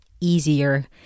easier